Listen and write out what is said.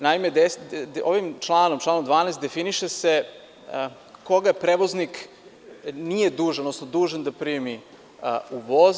Naime, ovim članom 12. definiše se koga prevoznik, nije dužan, odnosno dužan da primi u voz.